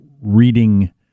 reading